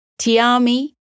Tiami